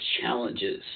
challenges